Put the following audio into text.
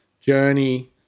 Journey